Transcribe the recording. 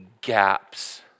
gaps